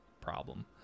problem